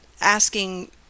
asking